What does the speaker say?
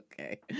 Okay